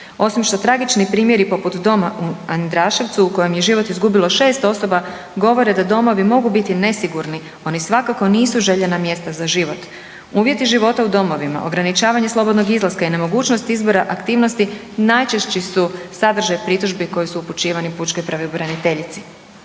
Osim što tragični primjeri poput doma u Andraševcu u kojem je život izgubilo 6 osoba, govore da domovi mogu biti nesigurni. Oni svakako nisu željena mjesta za život. Uvjeti života u domovima, ograničavanje slobodnog izlaska i nemogućnost izbora aktivnosti najčešći su sadržaj pritužbi koje su upućivani pučkoj pravobraniteljici.